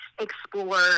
explore